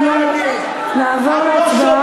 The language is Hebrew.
אנחנו נעבור להצבעה.